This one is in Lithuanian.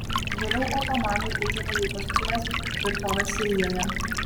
vėliau otomanai užėmė jų paskutines tvirtoves sirijoje